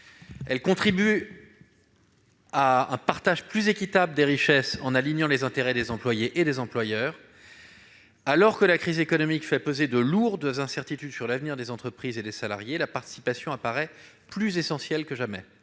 Elle contribue à un partage plus équitable des richesses, en rapprochant les intérêts des employés de ceux des employeurs. Alors que la crise économique fait peser de lourdes incertitudes sur l'avenir des entreprises et des salariés, la participation apparaît plus essentielle que jamais.